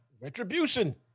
Retribution